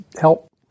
help